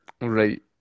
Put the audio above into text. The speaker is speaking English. right